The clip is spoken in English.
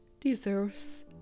deserves